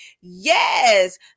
Yes